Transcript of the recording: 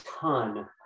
ton